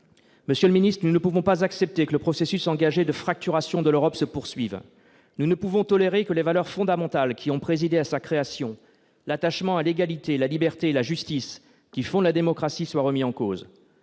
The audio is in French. conception de l'Europe. Nous ne pouvons pas accepter que le processus de fracturation de l'Union européenne se poursuive. Nous ne pouvons tolérer que les valeurs fondamentales qui ont présidé à sa création, l'attachement à l'égalité, la liberté et la justice, qui fondent la démocratie, soient remis en cause.